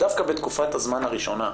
דווקא בתקופת הזמן הראשונה,